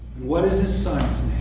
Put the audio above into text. what is his son's